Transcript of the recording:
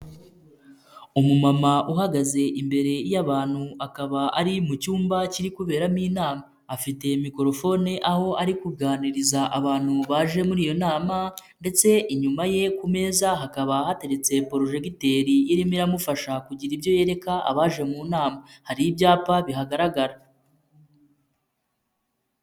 Umumama uhagaze imbere y'abantu akaba ari mu cyumba kiri kuberamo inama, afite mikrofone aho ari kuganiriza abantu baje muri iyo nama ndetse inyuma ye ku meza hakaba hateretse porojegiteri irimo iramufasha kugira ibyo yereka abaje mu nama, hari ibyapa bihagaragara.